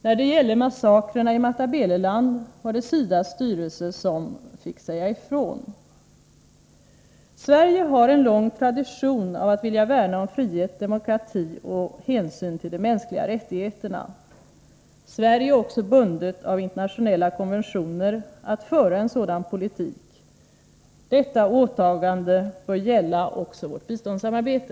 När det gällde massakrerna i Matabeleland var det SIDA:s styrelse som fick säga ifrån. Sverige har en lång tradition av att vilja värna om frihet, demokrati och hänsyn till de mänskliga rättigheterna. Sverige är också bundet av internationella konventioner att föra en sådan politik. Detta åtagande bör gälla också vårt biståndssamarbete.